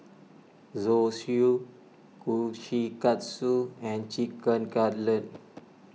Zosui Kushikatsu and Chicken Cutlet